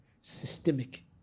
systemic